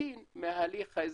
לחלוטין מההליך האזרחי,